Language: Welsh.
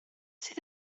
sydd